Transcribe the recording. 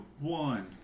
one